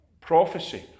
prophecy